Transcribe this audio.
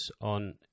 on